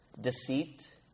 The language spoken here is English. deceit